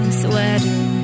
sweater